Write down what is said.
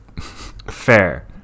fair